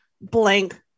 blank